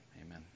Amen